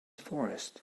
forrest